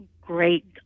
Great